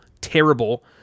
terrible